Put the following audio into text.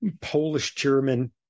Polish-German-